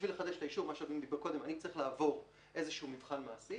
בשביל לחדש את האישור אני צריך לעבור מבחן מעשי